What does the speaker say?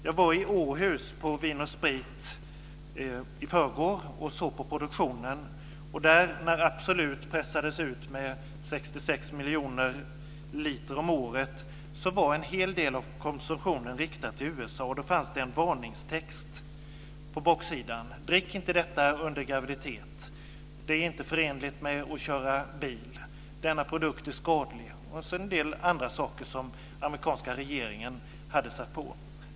Jag var i Åhus på Vin & Sprit i förrgår och såg på produktionen, där det pressades ut Absolut med 66 miljoner liter om året. En hel del av produktionen var riktad till USA. Där fanns en varningstext på baksidan: Drick inte detta under graviditet. Det är inte förenligt med att köra bil. Denna produkt är skadlig. Det stod också en del andra saker som amerikanska regeringen hade satt på.